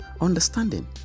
Understanding